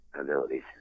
abilities